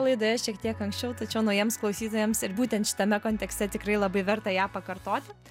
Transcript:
laidoje šiek tiek anksčiau tačiau naujiems klausytojams ir būtent šitame kontekste tikrai labai verta ją pakartoti